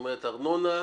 זאת אומרת, ארנונה.